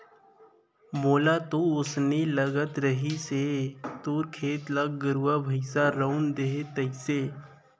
मोला तो वोसने लगत रहिस हे तोर खेत ल गरुवा भइंसा रउंद दे तइसे